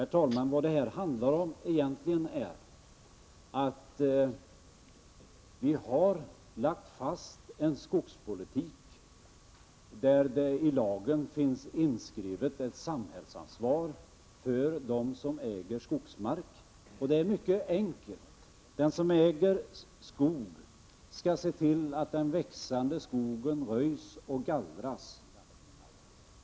Herr talman! Vad det egentligen handlar om är att vi har lagt fast en skogspolitik, där det i lagen finns inskrivet ett samhällsansvar för dem som äger skogsmark. Det är mycket enkelt. Den som äger skog skall se till att den växande skogen röjs och gallras.